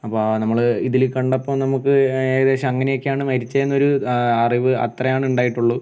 അപ്പോൾ നമ്മൾ ഇതിൽ കണ്ടപ്പം നമുക്ക് ഏകദേശം അങ്ങനെയൊക്കെയാണ് മരിച്ചേന്നൊരു അറിവ് അത്രയാണ് ഉണ്ടായിട്ടുള്ളൂ